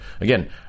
again